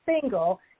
single